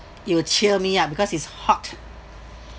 it will cheer me up because it's hot